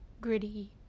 gritty